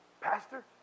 pastor